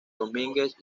domínguez